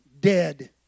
dead